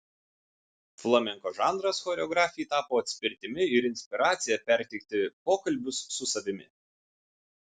flamenko žanras choreografei tapo atspirtimi ir inspiracija perteikti pokalbius su savimi